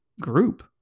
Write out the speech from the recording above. group